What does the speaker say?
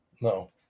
No